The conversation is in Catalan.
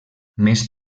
més